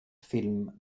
film